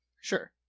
Sure